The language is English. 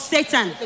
Satan